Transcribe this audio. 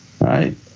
right